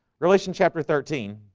relation chapter thirteen